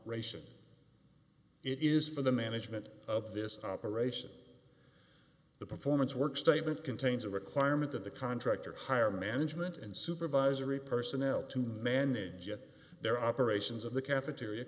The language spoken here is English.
ration it is for the management of this operation the performance work statement contains a requirement that the contractor hire management and supervisory personnel to manage it their operations of the cafeteria